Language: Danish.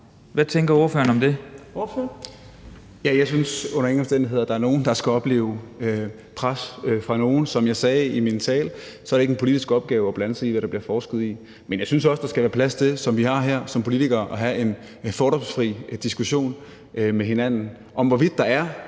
synes under ingen omstændigheder, at der er nogen, der skal opleve pres fra nogen. Som jeg sagde i min tale, er det ikke en politisk opgave at blande sig i, hvad der bliver forsket i, men jeg synes også, at der skal være plads til, som vi har her, som politikere at have en fordomsfri diskussion med hinanden om, hvorvidt der er